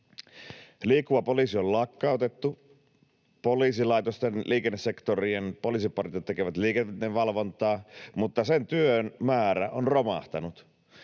Liikkuva poliisi on lakkautettu, ja poliisilaitosten liikennesektorien poliisipartiot tekevät liikennevalvontaa, mutta sen työn määrä on romahtanut.